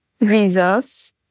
visas